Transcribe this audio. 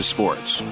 Sports